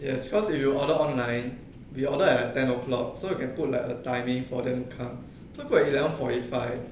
yes because if you order online you order like at ten o'clock so you can put like a timing for them come so put eleven forty five